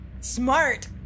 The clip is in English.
Smart